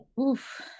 oof